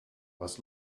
was